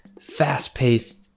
fast-paced